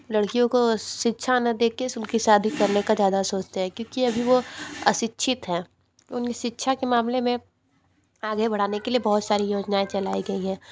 लड़कियों को शिक्षा ना दे कर उनकी शादी करने का ज़्यादा सोचते हैं क्योंकि अभी वो अशिक्षित हैं उन्हें शिक्षा के मामले में आगे बढ़ाने के बहुत सारी योजनाएँ चलाई गई हैं